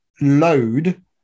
load